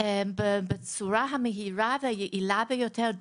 בצורה המהירה והיעילה ביותר,